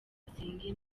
basenge